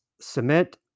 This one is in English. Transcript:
cement